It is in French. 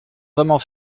vraiment